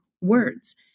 words